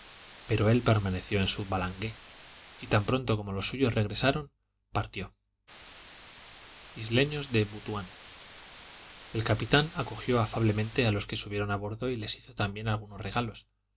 pero él permaneció en su balangué y tan pronto como los suyos regresaron partió isleños de butuan el capitán acogió afablemente a los que subieron a bordo y les hizo también algunos regalos